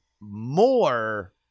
more